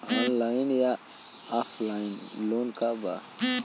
Online या offline loan का बा?